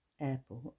airport